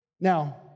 Now